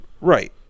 Right